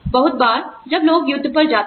बहुत बार जब लोग युद्ध पर जाते हैं